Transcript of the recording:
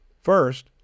First